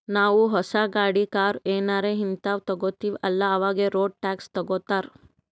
ನಾವೂ ಹೊಸ ಗಾಡಿ, ಕಾರ್ ಏನಾರೇ ಹಿಂತಾವ್ ತಗೊತ್ತಿವ್ ಅಲ್ಲಾ ಅವಾಗೆ ರೋಡ್ ಟ್ಯಾಕ್ಸ್ ತಗೋತ್ತಾರ್